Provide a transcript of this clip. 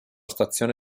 stazione